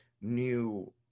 new